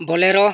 ᱵᱳᱞᱮᱨᱳ